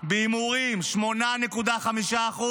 בהימורים, 8.5%,